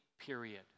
period